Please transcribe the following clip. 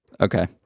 Okay